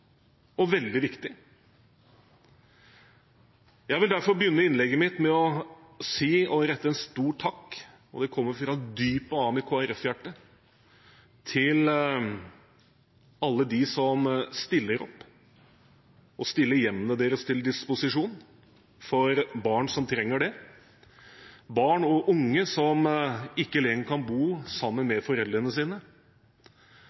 og veldig viktig. Jeg vil derfor begynne innlegget mitt med å rette en stor takk – og det kommer fra dypet av mitt KrF-hjerte – til alle dem som stiller opp og stiller hjemmene sine til disposisjon for barn som trenger det, barn og unge som ikke lenger kan bo sammen